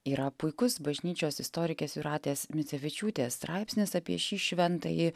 yra puikus bažnyčios istorikės jūratės micevičiūtės straipsnis apie šį šventąjį